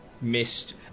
missed